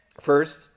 First